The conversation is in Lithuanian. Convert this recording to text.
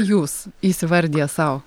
jūs įsivardijęs sau